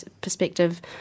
perspective